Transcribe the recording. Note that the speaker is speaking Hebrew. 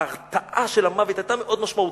ההרתעה של המוות היתה מאוד משמעותית.